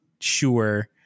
Sure